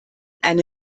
eine